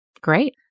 Great